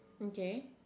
okay